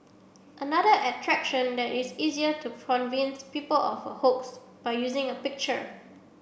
another attraction that is easier to convince people of a hoax by using a picture